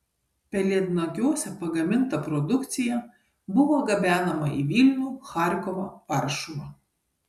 pelėdnagiuose pagaminta produkcija buvo gabenama į vilnių charkovą varšuvą